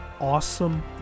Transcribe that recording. awesome